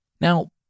Now